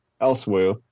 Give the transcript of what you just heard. elsewhere